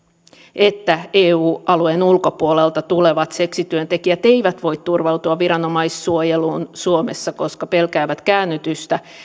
että eu alueen ulkopuolelta tulevat seksityöntekijät eivät voi turvautua viranomaissuojeluun suomessa koska pelkäävät käännytystä